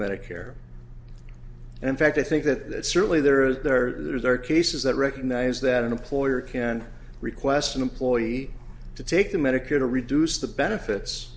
medicare and in fact i think that certainly there is there are cases that recognize that an employer can request an employee to take the medicare to reduce the benefits